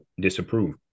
disapprove